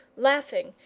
laughing,